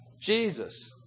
Jesus